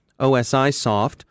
OSIsoft